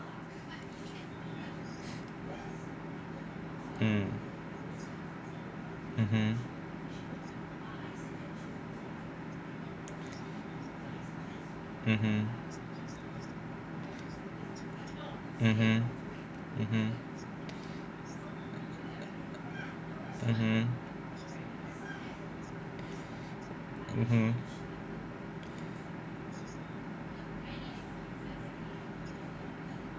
mm mmhmm mmhmm mmhmm mmhmm mmhmm mmhmm